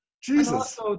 Jesus